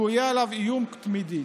כי יהיה עליו איום תמידי.